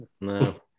no